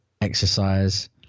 exercise